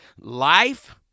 Life